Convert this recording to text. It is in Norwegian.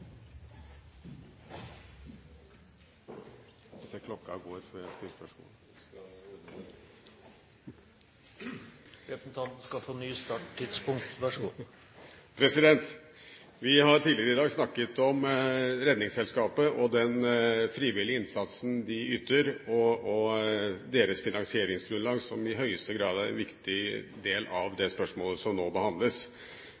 Vi har tidligere i dag snakket om Redningsselskapet og den frivillige innsatsen de yter, og deres finansieringsgrunnlag, som i høyeste grad er en viktig del av